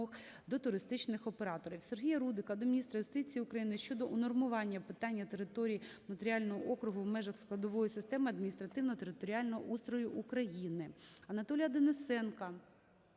Сергія Рудика до міністра юстиції України щодо унормування питання території нотаріального округу в межах складової системи адміністративно-територіального устрою України.